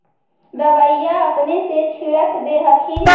दबइया अपने से छीरक दे हखिन?